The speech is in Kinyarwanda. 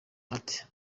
iti